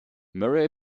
murray